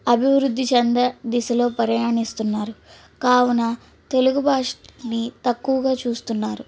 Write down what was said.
అభివృద్ధి చెందే దిశలో ప్రయాణిస్తున్నారు కావున తెలుగు భాషని తక్కువగా చూస్తున్నారు